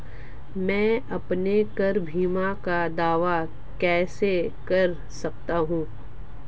मैं अपनी कार बीमा का दावा कैसे कर सकता हूं?